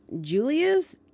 Julius